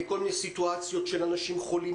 כל מיני סיטואציות של אנשים חולים.